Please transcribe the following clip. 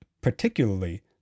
Particularly